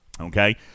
okay